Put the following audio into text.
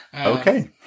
Okay